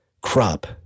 crop